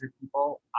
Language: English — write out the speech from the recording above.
people